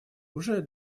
уже